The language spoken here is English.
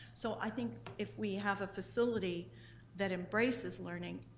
so i think if we have a facility that embraces learning,